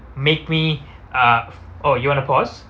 make me ah oh you want to pause